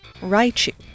Raichu